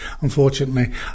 unfortunately